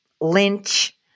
Lynch